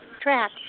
track